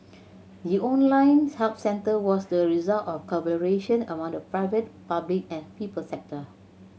the online help centre was the result of collaboration among the private public and people sector